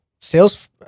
Sales